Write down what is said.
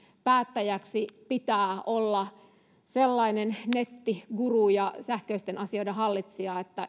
päättäjäksi pitää olla sellainen nettiguru ja sähköisten asioiden hallitsija että